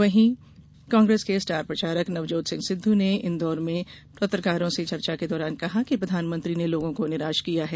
वहीं कांग्रेस के स्टार प्रचारक नवजोत सिंह सिद्ध ने इंदौर में पत्रकारों से चर्चा के दौरान कहा कि प्रधानमंत्री ने लोगों को निराश किया है